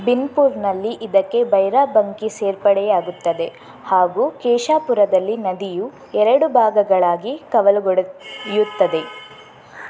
ಬಿನ್ಪುರ್ನಲ್ಲಿ ಇದಕ್ಕೆ ಭೈರಬ್ಬಂಕಿ ಸೇರ್ಪಡೆಯಾಗುತ್ತದೆ ಹಾಗೂ ಕೇಶಾಪುರದಲ್ಲಿ ನದಿಯು ಎರಡು ಭಾಗಗಳಾಗಿ ಕವಲುಗೊಡ ಯುತ್ತದೆ